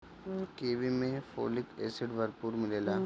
kiwi में folic acid भरपूर मिलेला